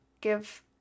give